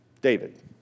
David